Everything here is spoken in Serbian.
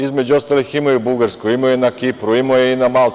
Između ostalih, imao je i u Bugarskoj, imao je na Kipru, imao je i na Malti.